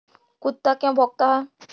कुत्ता क्यों भौंकता है?